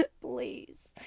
Please